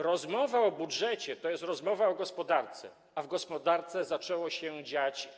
Rozmowa o budżecie to jest rozmowa o gospodarce, a w gospodarce zaczęło się źle dziać.